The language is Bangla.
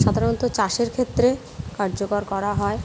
সাধারণত চাষের ক্ষেত্রে কার্যকর করা হয়